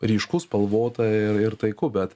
ryšku spalvota ir ir taiku bet